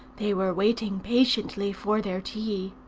they were waiting patiently for their tea.